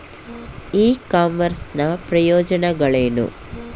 E commerce ನ ಪ್ರಯೋಜನಗಳೇನು?